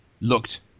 looked